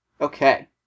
Okay